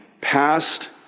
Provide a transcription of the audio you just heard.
past